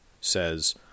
says